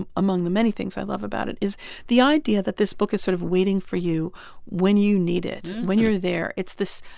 um among the many things i love about it is the idea that this book is sort of waiting for you when you need it, when you're there. it's the.